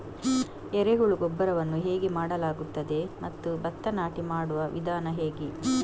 ಎರೆಹುಳು ಗೊಬ್ಬರವನ್ನು ಹೇಗೆ ಮಾಡಲಾಗುತ್ತದೆ ಮತ್ತು ಭತ್ತ ನಾಟಿ ಮಾಡುವ ವಿಧಾನ ಹೇಗೆ?